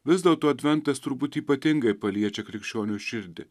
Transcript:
vis dėlto adventas turbūt ypatingai paliečia krikščionio širdį